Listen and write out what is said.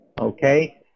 okay